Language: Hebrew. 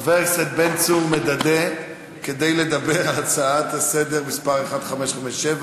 חבר הכנסת בן צור מדדה כדי לדבר על הצעה לסדר-היום מס' 1557: